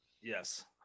Yes